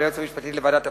וליועץ המשפטי לוועדת הפנים,